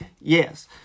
Yes